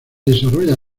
desarrolla